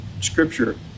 scripture